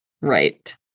Right